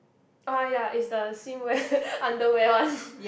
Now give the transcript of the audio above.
uh ya is the seem wear underwear one